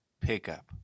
pickup